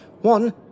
One